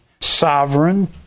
sovereign